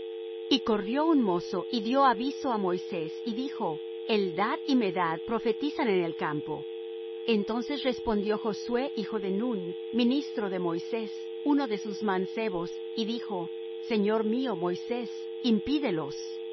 y corrió un mozo y dió aviso á moisés y dijo eldad y medad profetizan en el campo entonces respondió josué hijo de nun ministro de moisés uno de sus mancebos y dijo señor mío moisés impídelos y